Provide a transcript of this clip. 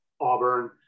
Auburn